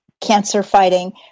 Cancer-fighting